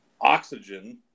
oxygen